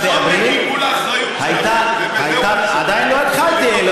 אחריות, עדיין לא התחלתי.